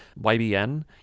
YBN